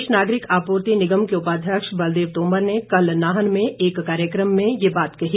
प्रदेश नागरिक आपूर्ति निगम के उपाध्यक्ष बलदेव तोमर ने कल नाहन में एक कार्यक्रम में ये बात कही